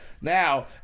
Now